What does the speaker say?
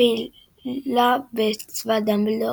פעילה בצבא דמבלדור.